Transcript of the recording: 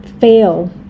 fail